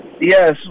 Yes